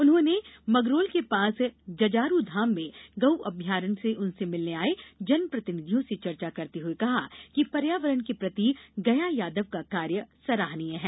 उन्होंने मगरोल के पास जजारूधाम में गौ अभयारण्य के उनसे मिलने आये जन प्रतिनिधियों से चर्चा करते हुए कहा कि पर्यावरण के प्रति गया यादव का कार्य सराहनीय है